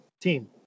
team